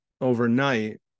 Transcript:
overnight